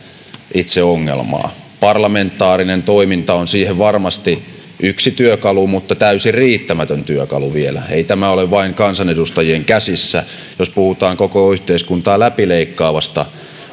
itse ongelmaa parlamentaarinen toiminta on siihen varmasti yksi työkalu mutta täysin riittämätön työkalu vielä ei tämä ole vain kansanedustajien käsissä jos puhutaan koko yhteiskuntaa läpileikkaavasta